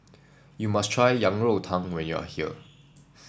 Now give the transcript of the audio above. you must try Yang Rou Tang when you are here